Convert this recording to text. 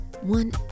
One